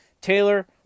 Taylor